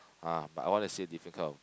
ah but I want to see a different kind of